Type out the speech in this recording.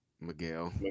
Miguel